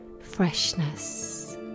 freshness